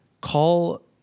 call